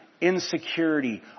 insecurity